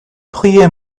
prier